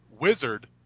Wizard